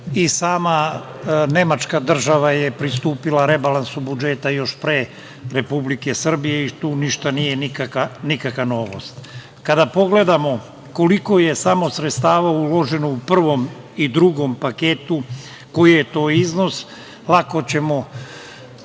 i sama država Nemačka je pristupila rebalansu budžeta još pre Republike Srbije i tu ništa nije nikakva novost. Kada pogledamo koliko je samo sredstava uloženo u prvom i drugom paketu, koji je to iznos, lako ćemo